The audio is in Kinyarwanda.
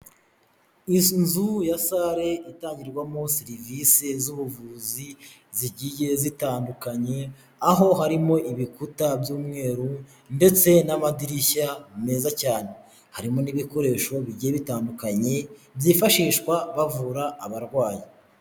Izi nzu ya sale itangirwamo serivisi z'ubuvuzi zigiye zitandukanye, aho harimo ibikuta by'umweru ndetse n'amadirishya meza cyane, harimo n'ibikoresho bigiye bitandukanye byifashishwa bavura abarwayi.